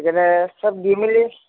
চব দি মেলি